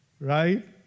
right